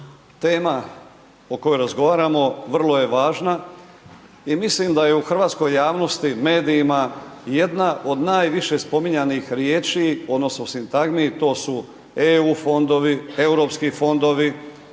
Tema o kojoj razgovaramo vrlo je važna i mislim da je u hrvatskoj javnosti, medijima, jedna od najviše spominjanih riječi odnosno sintagmi, to su EU fondovi, Europski fondovi,